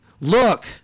look